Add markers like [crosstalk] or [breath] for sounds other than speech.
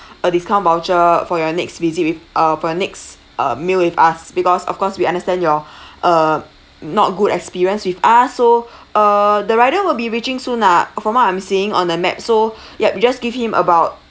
a discount voucher for your next visit with uh for your next uh meal with us because of course we understand your [breath] uh not good experience with us so [breath] err the rider will be reaching soon lah from what I am seeing on the map so yup just give him about